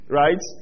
right